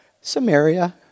Samaria